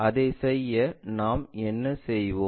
அதை செய்ய நாம் என்ன செய்வோம்